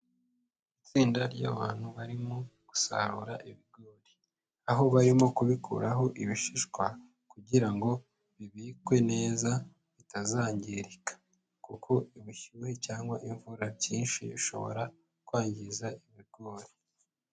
Itsinda ryabantu barimo gusarura ibigori, aho barimo kubikuraho ibishishwa kugira ngo bibikwe neza bitazangirika kuko ubushyuhe cyangwa imvura byinshi bishobora kwangiza ibigori.